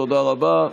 תודה רבה.